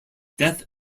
death